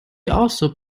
also